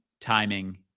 timing